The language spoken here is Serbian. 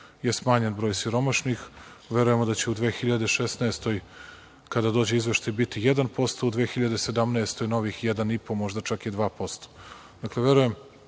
je smanjen broj siromašnih, verujemo da će u 2016. godini kada dođe izveštaj biti 1%, u 2017. godini novih 1,5% možda čak i 2%.